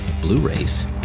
Blu-rays